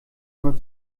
nur